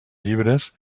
llibres